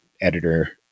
editor